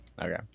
Okay